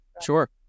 Sure